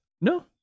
No